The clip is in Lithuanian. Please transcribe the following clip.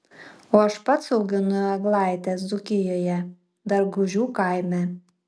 o aš pats auginu eglaites dzūkijoje dargužių kaime